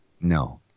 No